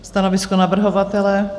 Stanovisko navrhovatele?